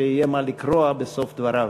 שיהיה מה לקרוע בסוף דבריו.